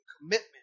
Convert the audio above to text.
commitment